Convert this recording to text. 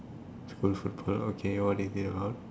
school football okay what is it about